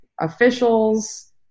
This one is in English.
officials